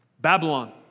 Babylon